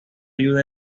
ayuda